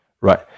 right